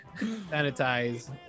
sanitize